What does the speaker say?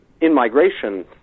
in-migration